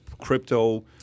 crypto